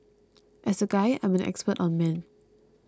as a guy I'm an expert on men